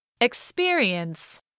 Experience